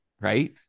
right